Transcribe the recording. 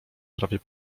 prawie